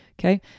Okay